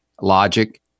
logic